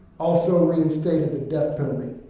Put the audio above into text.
also ah reinstated the death penalty.